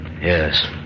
Yes